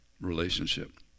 relationship